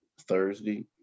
Thursday